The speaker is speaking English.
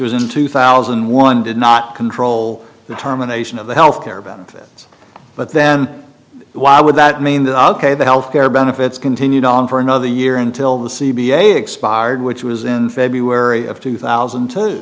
was in two thousand and one did not control the terminations of the health care benefits but then why would that mean that the health care benefits continued on for another year until the c b a expired which was in february of two thousand